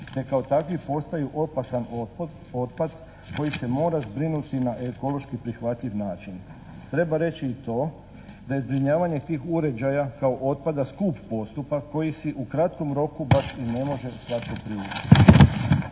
te kao takvi postaju opasan otpad koji se mora zbrinuti na ekološki prihvatljiv način. Treba reći i to da je zbrinjavanje tih uređaja kao otpada skup postupak koji si u kratkom roku baš i ne može svatko priuštiti.